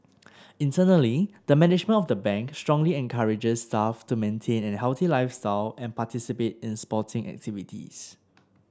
internally the management of the Bank strongly encourages staff to maintain an healthy lifestyle and participate in sporting activities